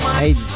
Hey